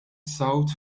south